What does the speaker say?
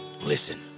Listen